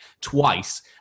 twice